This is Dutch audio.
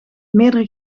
meerdere